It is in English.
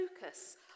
focus